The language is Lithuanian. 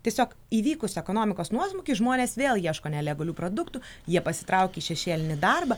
tiesiog įvykus ekonomikos nuosmukiui žmonės vėl ieško nelegalių produktų jie pasitraukė į šešėlinį darbą